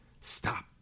Stop